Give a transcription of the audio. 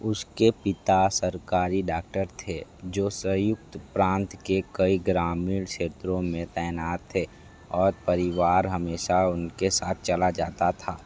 उसके पिता सरकारी डाक्टर थे जो संयुक्त प्रांत के कई ग्रामीण क्षेत्रों में तैनात थे और परिवार हमेशा उनके साथ चला जाता था